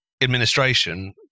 administration